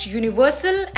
universal